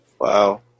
Wow